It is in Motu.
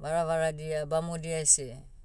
varavaradia bamodia ese,